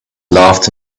laughed